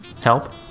Help